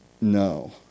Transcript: No